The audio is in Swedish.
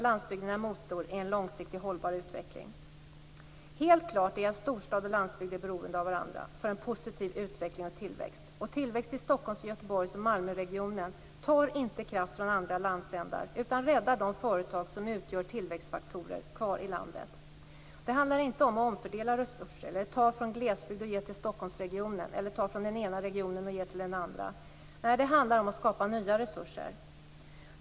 Landsbygden är även motorn i en långsiktigt hållbar utveckling. Helt klart är att storstad och landsbygd är beroende av varandra för en positiv utveckling och tillväxt. Tillväxt i Stockholms-, Göteborgs och Malmöregionen tar inte kraft från andra landsändar utan räddar de företag som utgör tillväxtfaktorer kvar i landet. Det handlar inte om att omfördela resurser eller om att ta från glesbygd och ge till Stockholmsregionen eller att ta från den ena regionen och ge till den andra. Nej, det handlar om att skapa nya resurser.